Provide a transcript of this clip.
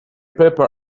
papers